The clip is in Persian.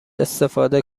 استفاده